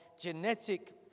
genetic